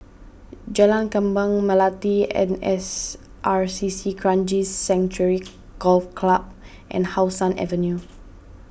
Jalan Kembang Melati N S R C C Kranji Sanctuary Golf Club and How Sun Avenue